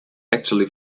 actually